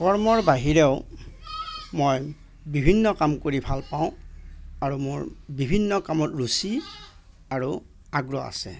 কৰ্মৰ বাহিৰেও মই বিভিন্ন কাম কৰি ভালপাওঁ আৰু মোৰ বিভিন্ন কামত ৰুচি আৰু আগ্ৰহ আছে